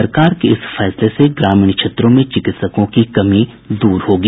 सरकार के इस फैसले से ग्रामीण क्षेत्रों में चिकित्सकों की कमी दूर होगी